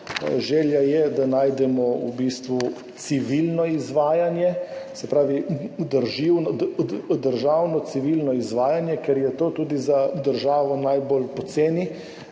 Želja je, da najdemo v bistvu civilno izvajanje, se pravi državno civilno izvajanje, ker je to tudi za državo najbolj poceni.